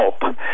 help